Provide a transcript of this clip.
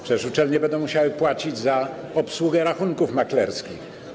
Przecież uczelnie będą musiały płacić za obsługę rachunków maklerskich.